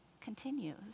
continues